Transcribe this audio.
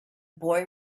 boy